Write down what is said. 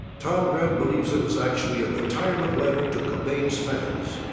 tom grant believes it was actually a retirement letter to cobain's fans.